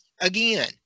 again